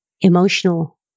emotional